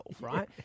right